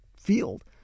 field